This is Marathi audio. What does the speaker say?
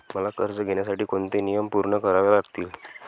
मला कर्ज घेण्यासाठी कोणते नियम पूर्ण करावे लागतील?